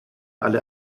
alle